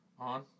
On